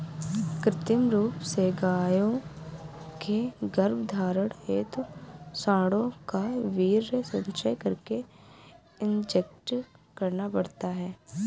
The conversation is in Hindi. कृत्रिम रूप से गायों के गर्भधारण हेतु साँडों का वीर्य संचय करके इंजेक्ट करना पड़ता है